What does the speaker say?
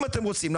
אם אתם רוצים,